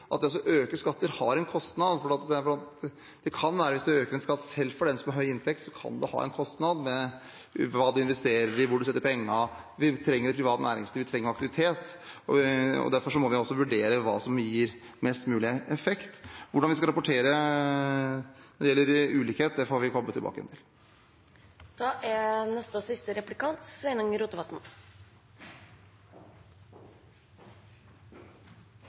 at det å øke skatter har en kostnad. Det kan være at hvis man øker en skatt, selv for den som har høy inntekt, kan det ha en kostnad ut fra hva man investerer i, hvor man setter pengene. Vi trenger privat næringsliv, vi trenger aktivitet. Derfor må vi vurdere hva som gir mest mulig effekt. Hvordan vi skal rapportere når det gjelder ulikhet, får vi komme tilbake til. La meg starte med å gratulere finansminister Slagsvold Vedum med ny jobb og